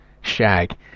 shag